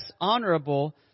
honorable